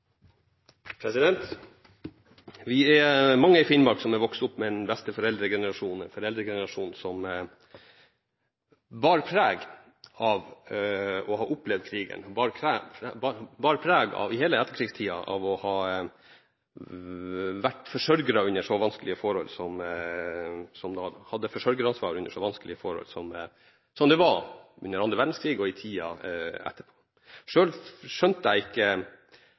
Vi er mange i Finnmark som har vokst opp med en besteforeldregenerasjon og en foreldregenerasjon som bar preg av å ha opplevd krigen, og som i hele etterkrigstida bar preg av å ha hatt forsørgeransvar under så vanskelige forhold som det var under den andre verdenskrigen og i tida etterpå. Selv skjønte jeg ikke